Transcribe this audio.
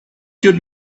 should